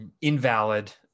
invalid